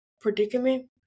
predicament